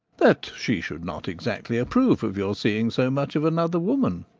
that she should not exactly approve of your seeing so much of another woman,